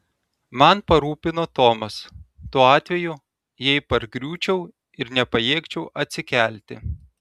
man parūpino tomas tuo atveju jei pargriūčiau ir nepajėgčiau atsikelti